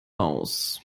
aus